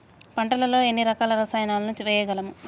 పంటలలో ఎన్ని రకాల రసాయనాలను వేయగలము?